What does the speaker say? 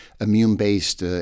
immune-based